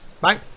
Bye